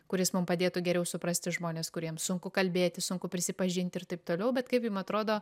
kuris mum padėtų geriau suprasti žmones kuriem sunku kalbėti sunku prisipažinti ir taip toliau bet kaip jum atrodo